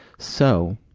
so,